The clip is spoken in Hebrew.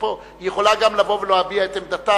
היא יכולה גם לבוא ולהביע את עמדתה,